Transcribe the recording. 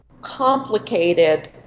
complicated